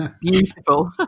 beautiful